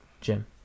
Jim